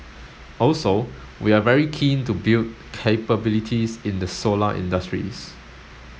also we are very keen to build capabilities in the solar industries